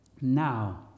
now